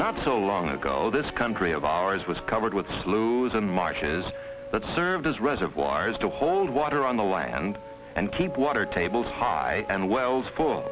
not so long ago this country of ours was covered with slews and marshes that served as reservoirs to hold water on the land and keep water tables high and wells